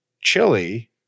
chili